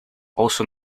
also